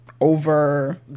over